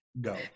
Go